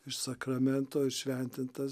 iš sakramento įšventintas